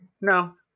No